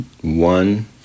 one